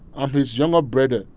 i'm his younger brother.